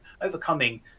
overcoming